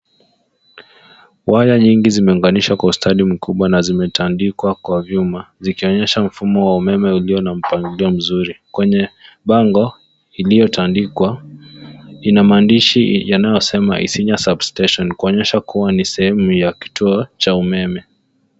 Waya nyingi zimeunganishwa kwa ustandi mkubwa na zimetandikwa kwa vyuma zikionyesha mfumo wa umeme ulio na mpangilio mzuri kwenye bango ilyo tandikwa ina maandishi inayo sema Isinya Sub Station Kuonyesha kuwa ni sehemu ya kituo cha umeme.